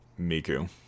Miku